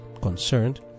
concerned